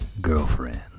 Girlfriend